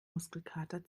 muskelkater